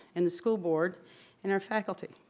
and the school board and our faculty.